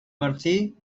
martí